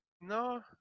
No